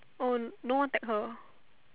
oh no one tag her